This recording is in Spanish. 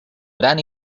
gran